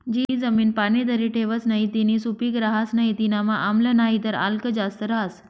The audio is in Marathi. जी जमीन पाणी धरी ठेवस नही तीनी सुपीक रहस नाही तीनामा आम्ल नाहीतर आल्क जास्त रहास